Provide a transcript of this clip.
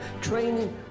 Training